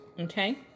Okay